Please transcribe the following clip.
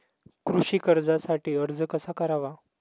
कृषी कर्जासाठी अर्ज कसा करावा?